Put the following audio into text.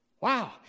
Wow